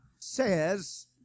says